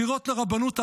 בחירות לרבנות הראשית.